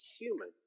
human